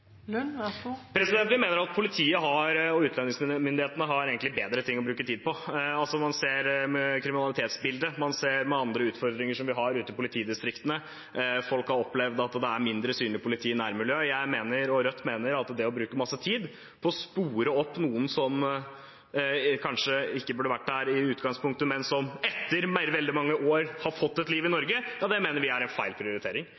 Vi mener at politiet og utlendingsmyndighetene egentlig har bedre ting å bruke tiden på. Man ser kriminalitetsbildet, man ser hvilke andre utfordringer vi har ute i politidistriktene, at folk har opplevd at det er mindre synlig politi i nærmiljøet. Jeg og Rødt mener at det å bruke masse tid på å spore opp noen som kanskje ikke burde vært her i utgangspunktet, men som etter veldig mange år har fått et liv i Norge, er en feil prioritering,